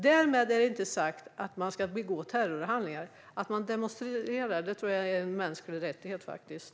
Därmed inte sagt att man ska utföra terrorhandlingar. Att man demonstrerar tror jag faktiskt är en mänsklig rättighet.